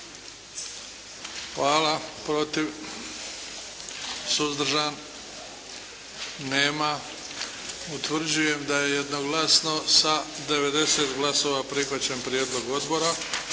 Hvala. Protiv? Suzdržan? Nema. Utvrđujem da je jednoglasno sa 90 glasova prihvaćen Prijedlog odbora.